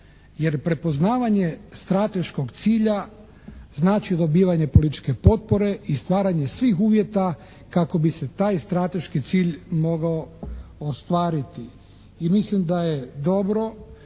Jer prepoznavanje strateškog cilja znači dobivanje političke potpore i stvaranje svih uvjeta kako bi se taj strateški cilj mogao ostvariti i mislim da je dobro